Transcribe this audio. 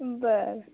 बरं